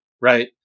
right